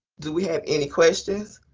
do we have any questions?